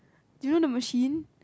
do you know machine